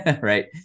Right